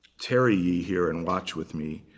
tarry ye here and watch with me.